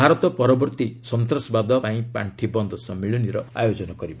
ଭାରତ ପରବର୍ତ୍ତୀ ସନ୍ତାସବାଦ ପାଇଁ ପାର୍ଷି ବନ୍ଦ ସମ୍ମିଳନୀର ଆୟୋଜନ କରିବ